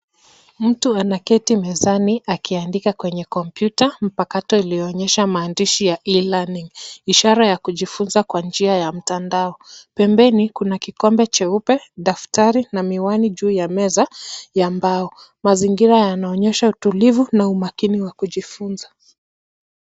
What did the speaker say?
Mtu anaketi mezani akiandika kwenye kompyuta mpakato iliyoonyesha maandishi ya e-learning ,ishara ya kujifunza kwa njia ya mtandao. Pembeni kuna kikombe cheupe, daftari na miwani juu ya meza ya mbao. Mazingira yanaonyesha utulivu na umakini wa kujifunza.